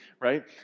right